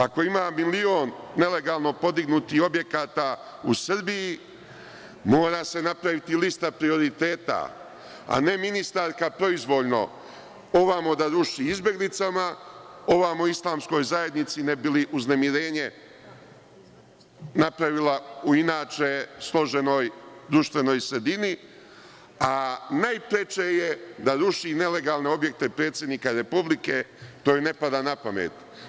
Ako ima milion nelegalno podignutih objekata u Srbiji, mora se napraviti lista prioriteta a ne ministarka proizvoljno da ruši izbeglicama, ovamo Islamskoj zajednici ne bi li uznemirenje napravila u inače složenoj društvenoj sredini, a najpreče je da ruši nelegalne objekte predsednika Republike, to joj ne pada na pamet.